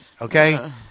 Okay